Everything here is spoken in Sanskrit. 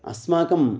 अस्माकं